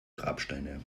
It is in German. grabsteine